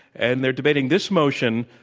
and they're debating this motion,